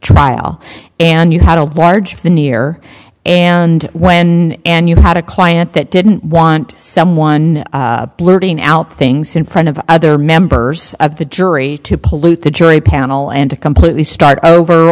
trial and you had a large for the new year and when and you had a client that didn't want someone blurting out things in front of other members of the jury to pollute the jury panel and to completely start over